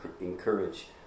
encourage